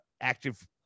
active